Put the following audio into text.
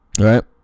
right